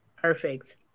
Perfect